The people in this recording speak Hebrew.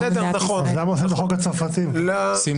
האם